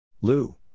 Lou